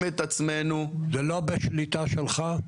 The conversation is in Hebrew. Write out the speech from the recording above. לא,